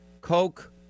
Coke